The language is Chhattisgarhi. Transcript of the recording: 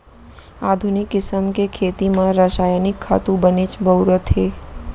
आधुनिक किसम के खेती म रसायनिक खातू बनेच बउरत हें